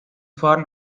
fahren